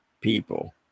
people